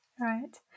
Right